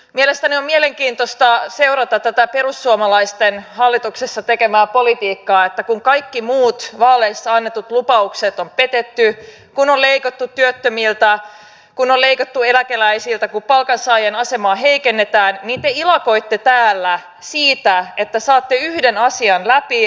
mielestäni on mielenkiintoista seurata tätä perussuomalaisten hallituksessa tekemää politiikkaa että kun kaikki muut vaaleissa annetut lupaukset on petetty kun on leikattu työttömiltä kun on leikattu eläkeläisiltä kun palkansaajien asemaa heikennetään niin te ilakoitte täällä siitä että saatte yhden asian läpi